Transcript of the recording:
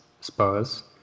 Spurs